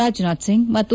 ರಾಜನಾಥ್ ಸಿಂಗ್ ಮತ್ತು ಡಾ